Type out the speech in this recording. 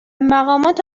مقامات